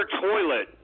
toilet